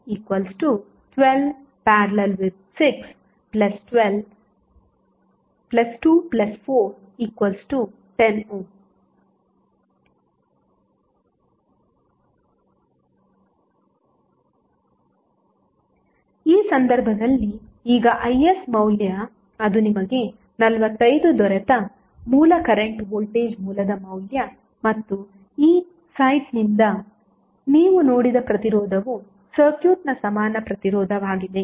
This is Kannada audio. Req12||62410 ಸ್ಲೈಡ್ ಟೈಮ್ ನೋಡಿ 1008 ಈ ಸಂದರ್ಭದಲ್ಲಿ ಈಗ Is ಮೌಲ್ಯ ಅದು ನಿಮಗೆ 45 ದೊರೆತ ಮೂಲ ಕರೆಂಟ್ ವೋಲ್ಟೇಜ್ ಮೂಲದ ಮೌಲ್ಯ ಮತ್ತು ಈ ಸೈಟ್ನಿಂದ ನೀವು ನೋಡಿದ ಪ್ರತಿರೋಧವು ಸರ್ಕ್ಯೂಟ್ನ ಸಮಾನ ಪ್ರತಿರೋಧವಾಗಿದೆ